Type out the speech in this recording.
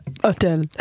hotel